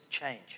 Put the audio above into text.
change